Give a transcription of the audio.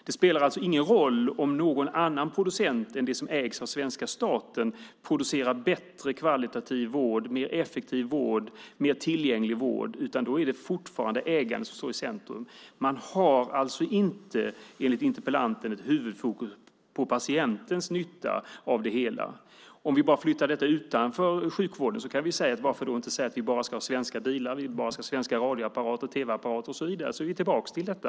Det spelar alltså ingen roll om någon annan producent än de som svenska staten äger producerar bättre kvalitativ vård, mer effektiv vård och mer tillgänglig vård, utan det är fortfarande ägandet som står i centrum. Man har alltså inte, enligt interpellanten, huvudfokus på patientens nytta av det hela. Om vi flyttar detta utanför sjukvården kan vi säga så här: Varför inte säga att vi ska ha bara svenska bilar, bara svenska radio och tv-apparater och så vidare? Då är vi tillbaka till detta.